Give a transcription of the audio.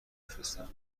بفرستم